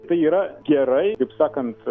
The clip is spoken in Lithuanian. tai yra gerai taip sakant